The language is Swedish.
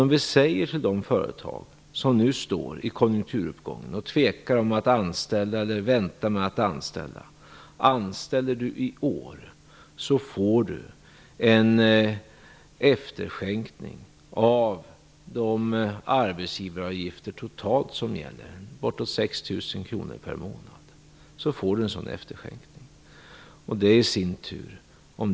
Men vi erbjuder nu de företag som inför konjunkturuppgången tvekar att anställa eller väntar med att anställa en efterskänkning av de arbetsgivaravgifter som gäller - totalt ca 6 000 kr per månad - om de anställer i år.